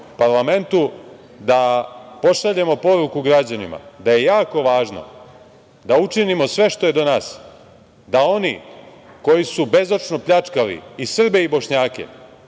parlamentu, da pošaljemo poruku građanima da je jako važno da učinimo sve što je do nas, da oni koji su bezočno pljačkali i Srbe i Bošnjake